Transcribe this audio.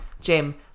Jim